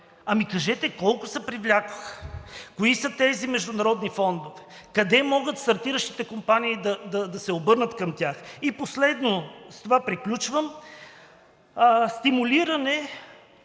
Ами, кажете колко се привлякоха, кои са тези международни фондове, къде могат стартиращите компании да се обърнат към тях? И последно, с това приключвам, стимулиране